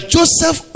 Joseph